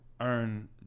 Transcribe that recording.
earn